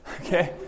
okay